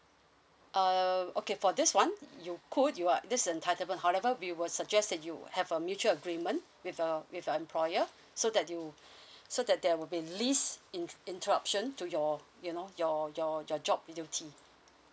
uh okay for this one you could you're this entitlement however we will suggest that you have a mutual agreement with uh with your employer so that you so that there will be least in interruption to your you know your your your job duty